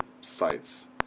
sites